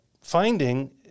finding